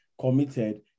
committed